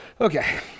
Okay